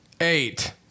eight